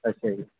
ਅੱਛਾ ਜੀ